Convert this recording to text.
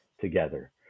together